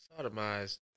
Sodomized